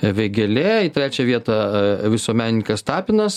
vėgėlė į trečią vietą visuomenininkas tapinas